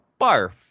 barf